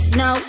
no